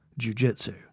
jujitsu